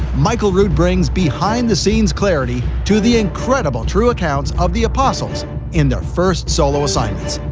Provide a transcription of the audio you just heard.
michael rood brings behind the scenes clarity to the incredible true accounts of the apostles in their first solo assignments,